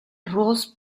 rose